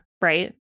right